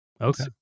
Okay